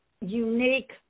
unique